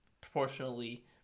proportionally